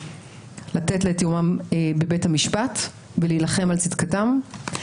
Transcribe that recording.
לתת את יומם בבית המשפט ולהילחם על צדקתם,